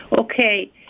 Okay